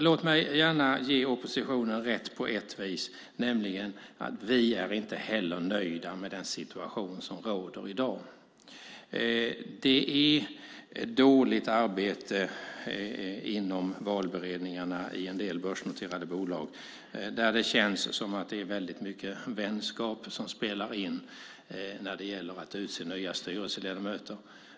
Låt mig gärna ge oppositionen rätt på ett vis: Vi är nämligen inte heller nöjda med den situation som råder i dag. Det är dåligt arbete inom valberedningarna i en del börsnoterade bolag. Det känns som att det är väldigt mycket vänskap som spelar in när det gäller att utse nya styrelseledamöter.